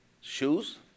shoes